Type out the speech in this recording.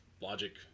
logic